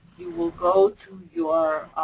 you will go to your, ah,